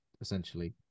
essentially